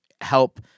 help